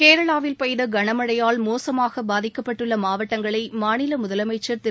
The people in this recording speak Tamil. கேரளாவில் பெய்த கனமழையால் மோசமாக பாதிக்கப்பட்டுள்ள மாவட்டங்களை மாநில முதலமைச்சர் திரு